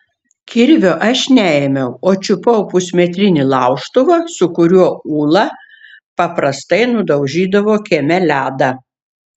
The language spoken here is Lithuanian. kirvio aš neėmiau o čiupau pusmetrinį laužtuvą su kuriuo ula paprastai nudaužydavo kieme ledą